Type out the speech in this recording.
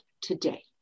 today